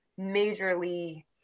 majorly